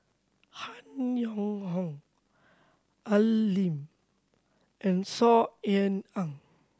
Han Yong Hong Al Lim and Saw Ean Ang